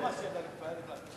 זה לא מעשה ידי להתפאר, זה